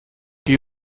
she